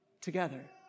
together